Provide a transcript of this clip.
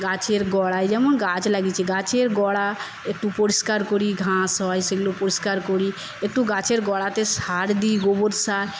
গাছের গোড়াই যেমন গাছ লাগিয়েছি গাছের গোড়া একটু পরিষ্কার করি ঘাঁস হয় সেগুলো পরিষ্কার করি একটু গাছের গোড়াতে সার দি গোবর সার